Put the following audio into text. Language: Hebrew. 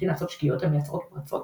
ונוטים לעשות שגיאות המייצרות פרצות